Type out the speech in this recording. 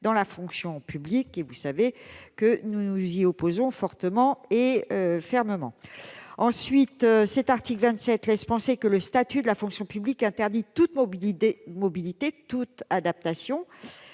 dans la fonction publique, auxquelles, vous le savez, mes chers collègues, nous nous opposons fortement et fermement. Ensuite, cet article laisse penser que le statut de la fonction publique interdit toute mobilité, toute adaptation.